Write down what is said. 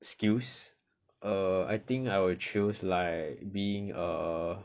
skills err I think I will choose like being a